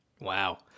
Wow